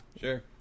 Sure